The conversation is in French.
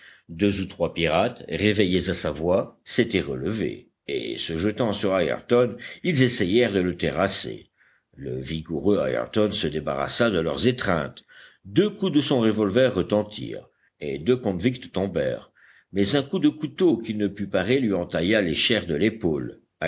deux ou trois pirates réveillés à sa voix s'étaient relevés et se jetant sur ayrton ils essayèrent de le terrasser le vigoureux ayrton se débarrassa de leurs étreintes deux coups de son revolver retentirent et deux convicts tombèrent mais un coup de couteau qu'il ne put parer lui entailla les chairs de l'épaule